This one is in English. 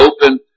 open